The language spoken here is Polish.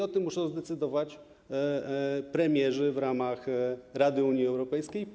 O tym muszą zdecydować premierzy w ramach Rady Unii Europejskiej.